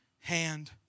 hand